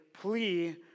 plea